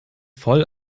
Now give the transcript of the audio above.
voll